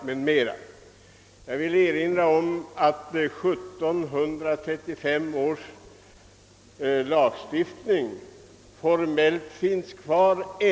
Jag vill erinra om att 1734 års lagstiftning formellt finns kvar.